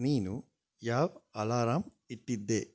ನೀನು ಯಾವ ಅಲಾರಾಂ ಇಟ್ಟಿದ್ದೆ